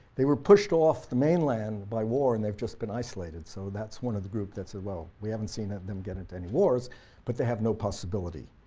they were pushed off the mainland by war and they've just been isolated, so that's one of the groups that's ah well we haven't seen them them get into any wars but they have no possibility